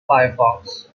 firefox